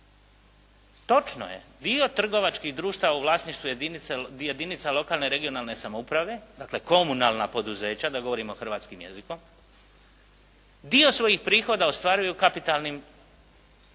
Točno je, dio trgovačkih društava u vlasništvu jedinica lokalne, regionalne samouprave, dakle, komunalna poduzeća, da govorimo hrvatskim jezikom, dio svojih prihoda ostvaruju kapitalnim